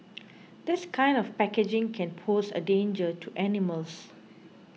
this kind of packaging can pose a danger to animals